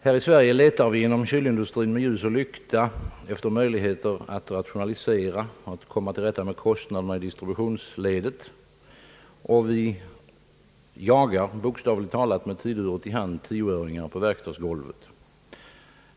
Här i Sverige letar vi inom kylindustrin med ljus och lykta efter möjligheter att rationalisera och att komma till rätta med kostnaderna i distributionsledet. Vi jagar bokstavligt talat med tiduret i hand tioöringar på verkstadsgolvet.